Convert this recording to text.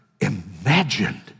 imagined